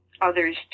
others